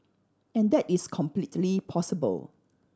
and that is completely possible